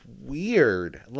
weird